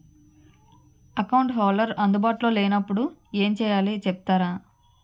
Account holder అందు బాటులో లే నప్పుడు ఎం చేయాలి చెప్తారా?